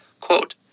Quote